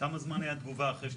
כמה זמן הייתה תגובה אחרי שנפצעת?